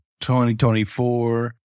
2024